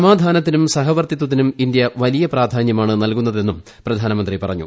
സമാധാന ത്തിനും സഹവർത്തിത്വത്തിനും ഇന്ത്യ വലിയ പ്രാധാന്യമാണ് നൽകുന്നതെന്നും പ്രധാനമന്ത്രി പറഞ്ഞു